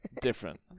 different